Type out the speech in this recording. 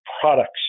products